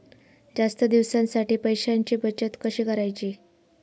जास्त दिवसांसाठी पैशांची बचत कशी करायची?